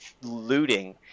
looting